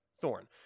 Thorn